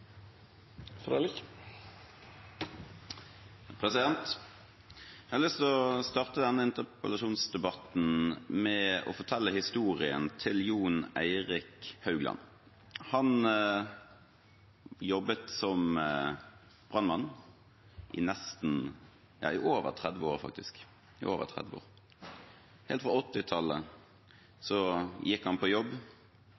nr. 1. Jeg lyst til å starte denne interpellasjonsdebatten med å fortelle historien til Jon Eirik Haugland. Han jobbet som brannmann i over 30 år. Helt fra